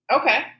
Okay